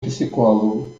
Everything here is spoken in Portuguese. psicólogo